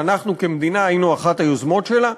שאנחנו כמדינה היינו אחת היוזמות שלה.